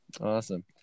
awesome